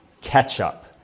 ketchup